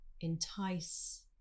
entice